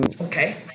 okay